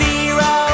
Zero